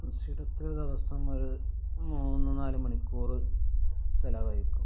കൃഷിയിടത്തിൽ ദിവസം ഒരു മൂന്ന് നാല് മണിക്കൂറ് ചിലവഴിക്കും